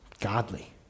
godly